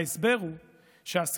ההסבר הוא שהסכסוך